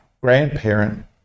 grandparent